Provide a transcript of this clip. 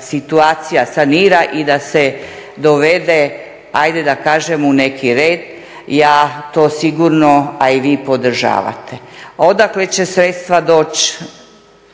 situacija sanira i da se dovede ajde da kažem u neki red, ja to sigurno a i vi podržavate. Odakle će sredstva doći,